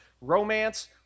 romance